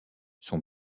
son